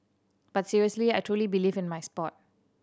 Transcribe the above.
but seriously I truly believe in my sport